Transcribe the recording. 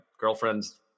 girlfriend's